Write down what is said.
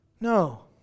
no